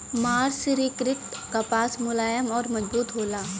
मर्सरीकृत कपास मुलायम आउर मजबूत होला